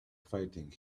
fighting